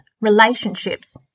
relationships